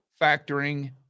factoring